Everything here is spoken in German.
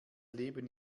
leben